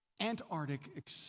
Antarctic